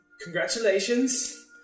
congratulations